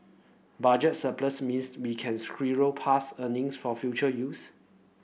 budget surplus means we can squirrel past earnings for future use